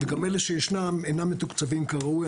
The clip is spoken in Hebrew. וגם אלה שישנם אינם מתוקצבים כראוי.